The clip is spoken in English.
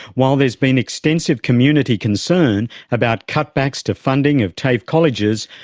while there's been extensive community concern about cutbacks to funding of tafe colleges,